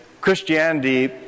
Christianity